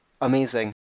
amazing